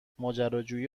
ماجراجویی